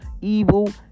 evil